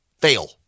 fail